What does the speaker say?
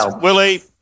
Willie